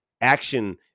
Action